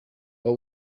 what